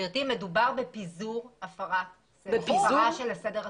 גברתי, מדובר בפיזור, הפרעה של הסדר הציבורי.